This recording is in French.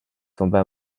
tomba